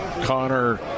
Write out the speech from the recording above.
Connor